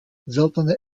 seltene